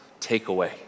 takeaway